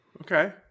Okay